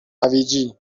هویجی